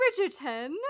Bridgerton